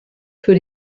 für